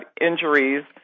injuries